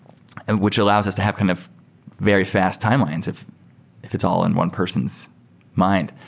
and which allows us to have kind of very fast timelines, if if it's all in one person's mind.